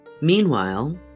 Meanwhile